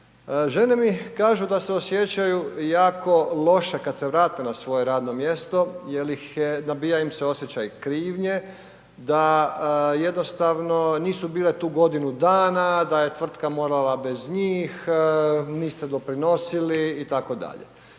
Žene mi kažu da se osjećaju jako loše kad se vrate na svoje radno mjesto jer nabija im se osjećaj krivnje, da jednostavno nisu bile tu godinu dana, da je tvrtka morala bez njih, niste doprinosili itd.